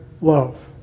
love